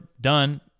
done